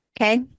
Okay